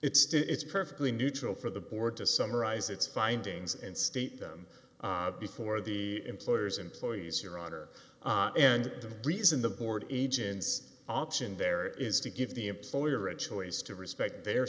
it's perfectly neutral for the board to summarize its findings and state them before the employers employees your honor and the reason the board agents option there is to give the employer a choice to respect their